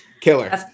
Killer